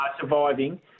Surviving